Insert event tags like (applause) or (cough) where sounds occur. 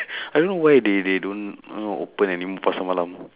(breath) I don't know why they they don't know open anymore pasar malam